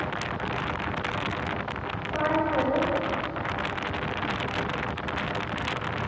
हां चलो